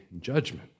judgment